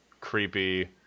creepy